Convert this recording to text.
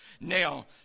Now